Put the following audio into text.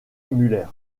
müller